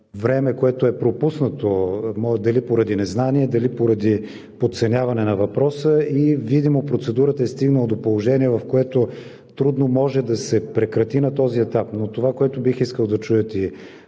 време, което е пропуснато – дали поради незнание, дали поради подценяване на въпроса, и видимо процедурата е стигнала до положение, в което трудно може да се прекрати на този етап. Това, което бих искал да чуят и